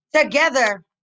together